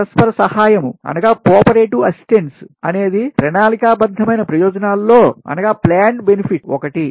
పరస్పర సహాయం cooperative assistance అనేది ప్రణాళికాబద్ధమైన ప్రయోజనాల్లో Planned benifitsఒకటి